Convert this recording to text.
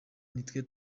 nitwe